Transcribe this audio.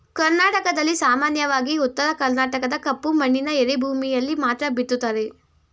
ಕರ್ನಾಟಕದಲ್ಲಿ ಸಾಮಾನ್ಯವಾಗಿ ಉತ್ತರ ಕರ್ಣಾಟಕದ ಕಪ್ಪು ಮಣ್ಣಿನ ಎರೆಭೂಮಿಯಲ್ಲಿ ಮಾತ್ರ ಬಿತ್ತುತ್ತಾರೆ